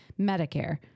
Medicare